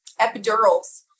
epidurals